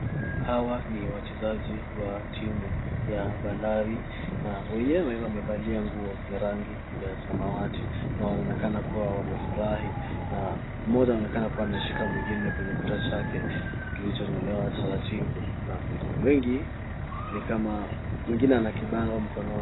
Hawa ni wachezaji wa timu ya bandari na wenyewe wamevalia nguo zenye rangi ya samawati na wanaonekana kuwa wamefurahi na mmoja anaonekana akiwa ameshika mwingine kwenye kichwa chake akimchonolea taratibu na wengi, mwengine ana kibango mkononi.